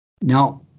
Now